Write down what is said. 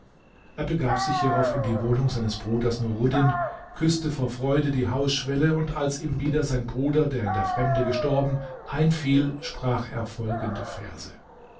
er begab sich hierauf in die wohnung seines bruders nuruddin küßte vor freude die hausschwelle und als ihm wieder sein bruder der in der fremde gestorben einfiel sprach er folgende verse